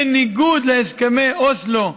בניגוד להסכמי אוסלו,